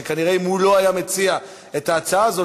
שכנראה אם הוא לא היה מציע את ההצעה הזאת,